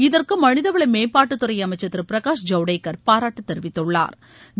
இதற்கு மனிதவள மேம்பாட்டுத் துறை அமைக்கள் திரு பிரகாஷ் ஜவடேக்கள் பாராட்டுத் தெரிவித்துள்ளாா்